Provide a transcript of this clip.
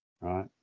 right